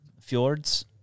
fjords